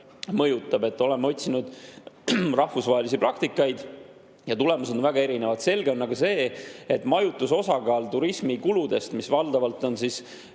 mõjutab. Oleme otsinud rahvusvahelisi praktikaid ja tulemused on väga erinevad. Selge on aga see, et majutuse osakaal turismikuludes, mida [teevad]